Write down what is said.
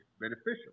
beneficial